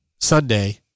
Sunday